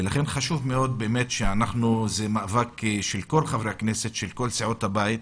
לכן זה מאבק של כל חברי הכנסת, של כל סיעות הבית,